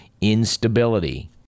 instability